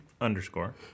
underscore